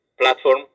Platform